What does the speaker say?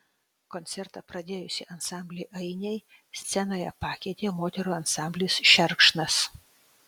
koncertą pradėjusį ansamblį ainiai scenoje pakeitė moterų ansamblis šerkšnas